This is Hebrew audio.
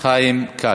חיים כץ.